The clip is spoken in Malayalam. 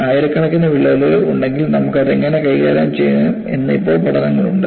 ആയിരക്കണക്കിന് വിള്ളലുകൾ ഉണ്ടെങ്കിൽ നമുക്ക് അത് എങ്ങനെ കൈകാര്യം ചെയ്യാം എന്ന് ഇപ്പോൾ പഠനങ്ങളുണ്ട് ഉണ്ട്